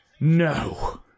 No